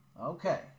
Okay